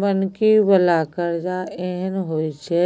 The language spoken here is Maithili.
बन्हकी बला करजा एहन होइ छै